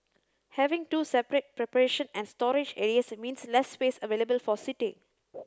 having two separate preparation and storage areas means less space available for seating